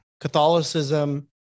Catholicism